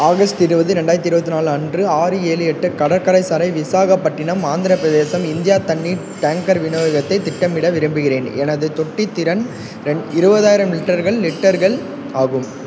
August இருபது ரெண்டாயிரத்து இருபத்தி நாலு அன்று ஆறு ஏழு எட்டு கடற்கரை சாலை விசாகப்பட்டினம் ஆந்திரப் பிரதேசம் இந்தியா தண்ணீர் டேங்கர் விநியோகத்தை திட்டமிட விரும்புகிறேன் எனது தொட்டி திறன் ரெண் இருபதாயிரம் லிட்டர்கள் லிட்டர்கள் ஆகும்